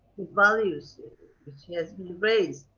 values, which he has been raised,